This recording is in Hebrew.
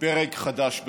פרק חדש בחיי.